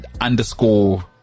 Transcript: underscore